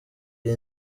iyi